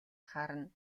харна